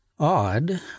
Odd